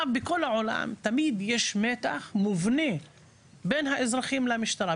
בכל העולם תמיד יש מתח מובנה בין האזרחים למשטרה,